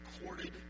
recorded